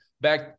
back